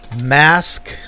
mask